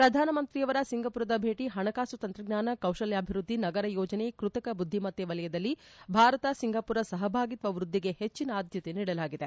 ಪ್ರಧಾನಮಂತ್ರಿಯವರ ಸಿಂಗಾಪುರದ ಭೇಟ ಹಣಕಾಸು ತಂತ್ರಜ್ಞಾನ ಕೌಶಲ್ಯಾಭಿವೃದ್ಧಿ ನಗರ ಯೋಜನೆ ಕೃತಕ ಬುದ್ಧಿಮತ್ತೆ ವಲಯದಲ್ಲಿ ಭಾರತ ಸಿಂಗಾಪುರ ಸಹಭಾಗಿತ್ವ ವೃದ್ಧಿಗೆ ಹೆಚ್ಚನ ಆದ್ಯತೆ ನೀಡಲಾಗಿದೆ